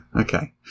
okay